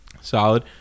solid